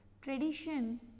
Tradition